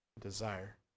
desire